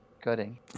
cutting